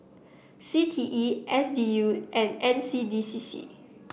C T E S D U and N C D C C